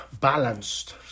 balanced